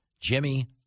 Jimmy